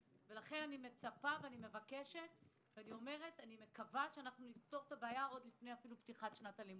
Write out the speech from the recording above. לכן אני אומרת שאני מקווה שנפתור את הבעיה עוד לפני פתיחת שנת הלימודים.